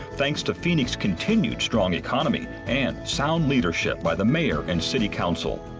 thanks to phoenix's continued strong economy and sound leadership by the mayor and city council.